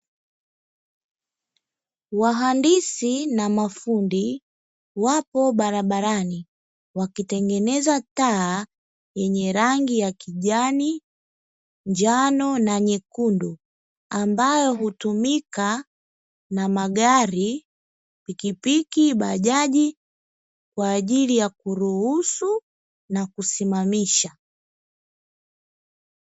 Wahandishi na mafundi wapo baraarani wakitengeneza taa yenye rangi ya kijani, njano na nyekundu ambayo hutumika na magari, pikipiki, bajaji kwa ajili ya kuruhusu na kusimamisha.